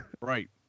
Right